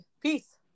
peace